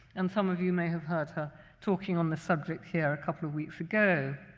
and some of you may have heard her talking on the subject here a couple of weeks ago.